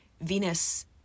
Venus